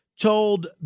told